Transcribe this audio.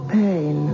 pain